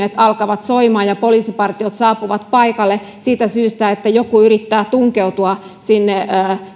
jossa hälyttimet alkavat soimaan ja poliisipartiot saapuvat paikalle siitä syystä että joku yrittää tunkeutua sinne